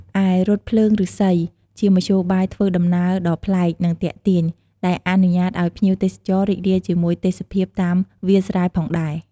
ឯរថភ្លើងឫស្សី ជាមធ្យោបាយធ្វើដំណើរដ៏ប្លែក និងទាក់ទាញ ដែលអនុញ្ញាតឲ្យភ្ញៀវទេសចររីករាយជាមួយទេសភាពតាមវាលស្រែផងដែរ។